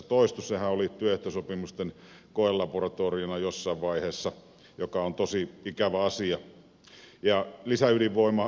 sehän oli työehtosopimusten koelaboratoriona jossain vaiheessa mikä on tosi ikävä asia